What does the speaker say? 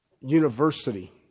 university